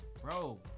Bro